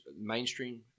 mainstream